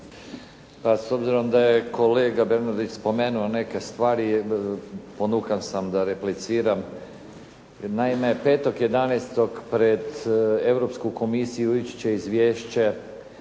Pa s obzirom da je kolega Bernardić spomenuo neke stvari, ponukan sam da repliciram. Naime, 5. 11. pred Europsku komisiju ići će izvješće